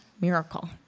miracle